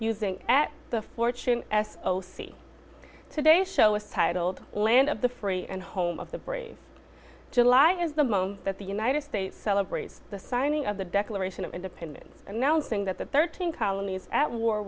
using at the fortune s o c today show it's titled land of the free and home of the brave july is the moment that the united states celebrates the signing of the declaration of independence announcing that the thirteen colonies at war